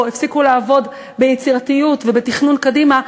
או הפסיקו לעבוד ביצירתיות ובתכנון קדימה,